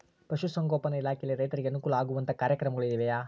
ಪಶುಸಂಗೋಪನಾ ಇಲಾಖೆಯಲ್ಲಿ ರೈತರಿಗೆ ಅನುಕೂಲ ಆಗುವಂತಹ ಕಾರ್ಯಕ್ರಮಗಳು ಇವೆಯಾ?